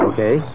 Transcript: Okay